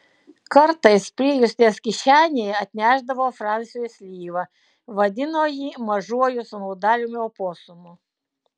kartais prijuostės kišenėje atnešdavo fransiui slyvą vadino jį mažuoju snaudaliumi oposumu